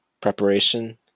preparation